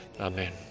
Amen